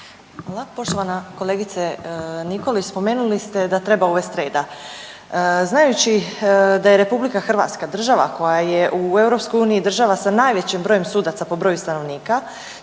(SDP)** Poštovana kolegice Nikolić spomenuli ste da treba uvest reda. Znajući da je RH država koja je u EU država sa najvećim brojem sudaca po broju stanovnika,